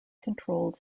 controlled